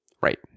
Right